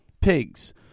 Pigs